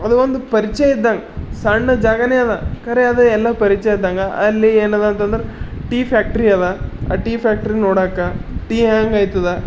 ಅದು ಒಂದು ಪರಿಚಯ ಇದ್ದಂಗ ಸಣ್ಣ ಜಾಗವೇ ಅದ ಖರೆ ಅದ ಎಲ್ಲ ಪರಿಚಯ ಇದ್ದಂಗ ಅಲ್ಲಿ ಏನದ ಅಂತಂದ್ರೆ ಟೀ ಫ್ಯಾಕ್ಟ್ರಿ ಅದ ಆ ಟೀ ಫ್ಯಾಕ್ಟ್ರಿ ನೋಡಾಕ ಟೀ ಹೇಗ್ ಆಗ್ತದ